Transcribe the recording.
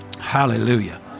Hallelujah